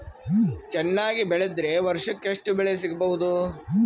ಚೆನ್ನಾಗಿ ಬೆಳೆದ್ರೆ ವರ್ಷಕ ಎಷ್ಟು ಬೆಳೆ ಸಿಗಬಹುದು?